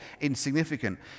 insignificant